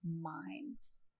minds